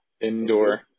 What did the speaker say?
indoor